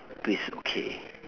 please okay